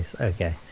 Okay